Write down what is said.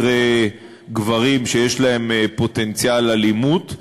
אחרי גברים שיש להם פוטנציאל אלימות.